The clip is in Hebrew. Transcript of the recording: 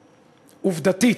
עובדתית,